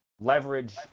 leverage